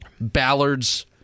Ballard's